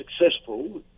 successful